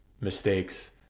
mistakes